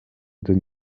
den